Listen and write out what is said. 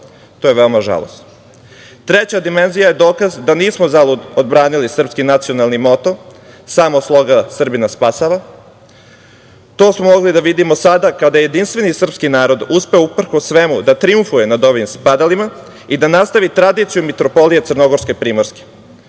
To je veoma žalosno. Treća dimenzija je dokaz da nismo zalud odbranili srpski nacionalni moto – samo sloga Srbina spasava. To smo mogli da vidimo sada kada je jedinstveni srpski narod uspei, uprkos svemu, da trijumfuje nad ovim spadalima i da nastavi tradiciju Mitropolije crnogorsko-primorske.